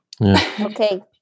Okay